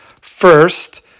First